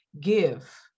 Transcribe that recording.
Give